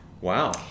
Wow